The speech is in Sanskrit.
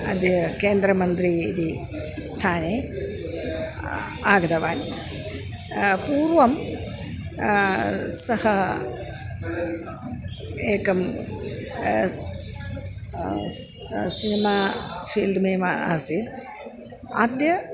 अद्य केन्द्रमन्त्री इति स्थाने आगतवान् पूर्वं सः एकं सिनिमा फ़ील्ड् नेम् आसीत् अद्य